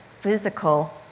physical